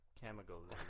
chemicals